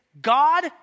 God